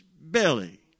belly